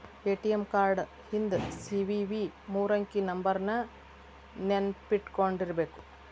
ATM card ಹಿಂದ್ CVV ಮೂರಂಕಿ ನಂಬರ್ನ ನೆನ್ಪಿಟ್ಕೊಂಡಿರ್ಬೇಕು